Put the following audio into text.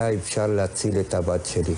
אנחנו נמצאים עכשיו באתגר הכלכלי,